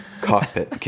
cockpit